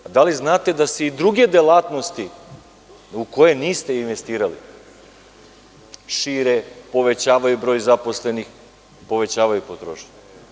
Da li znate da se i druge delatnosti u koje niste investirali šire, povećavaju broj zaposlenih, povećavaju potrošnju?